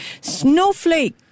Snowflake